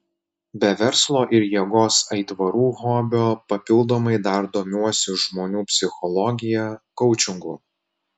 be verslo ir jėgos aitvarų hobio papildomai dar domiuosi žmonių psichologija koučingu